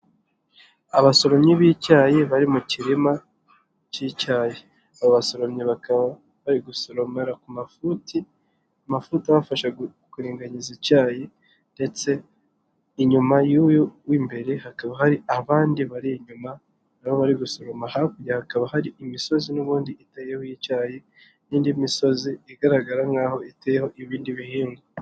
Abasomyi b'icyayi bari mu kirima cy'icyayi, aba basoromyi bakaba bari gusoromeraku mafuti, amafuti abafasha kuringaniza icyayi ndetse inyuma y'uyu w'imbere hakaba hari abandi bari inyuma nabo bari gusoroma, hakurya hakaba hari imisozi n'ubundi itaeyeho icyayi n'indi misozi igaragara nkaho iteyeho ibindi bihingwa.